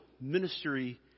ministry